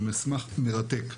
הוא מסמך מרתק.